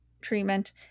treatment